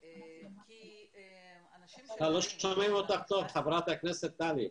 בעצם אנחנו מדברים על מקום שמתגוררים בו כ-450 אזרחים ותיקים,